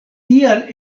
tial